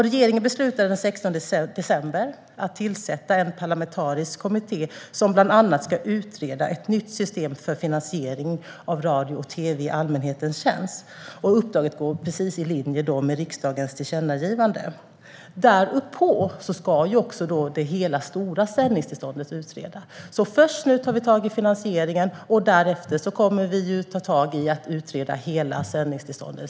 Regeringen beslutade den 16 december att tillsätta en parlamentarisk kommitté som bland annat ska utreda ett nytt system för finansiering av radio och tv i allmänhetens tjänst. Uppdraget går helt i linje med riksdagens tillkännagivande. Dessutom ska hela det stora sändningstillståndet utredas. Nu tar vi alltså först tag i finansieringen, och därefter kommer vi att ta tag i att utreda ramarna för hela sändningstillståndet.